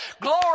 Glory